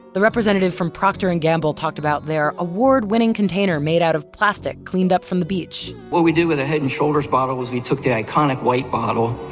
the representative from proctor and gamble talked about their award-winning container made out of plastic cleaned up from the beach. what we did with the head and shoulders bottle was we took the iconic white bottle,